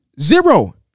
zero